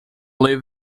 living